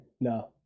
no